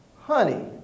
Honey